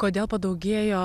kodėl padaugėjo